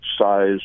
size